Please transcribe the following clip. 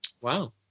Wow